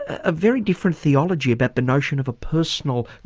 a very different theology about the notion of a personal,